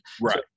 right